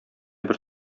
бер